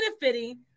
benefiting